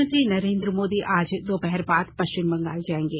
प्रधानमंत्री नरेन्द्र मोदी आज दोपहर बाद पश्चिम बंगाल जाएंगे